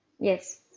Yes